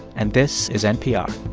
and this is npr